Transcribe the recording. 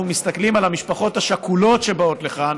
מסתכלים על המשפחות השכולות שבאות לכאן